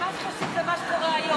למה עזבת את הליכוד,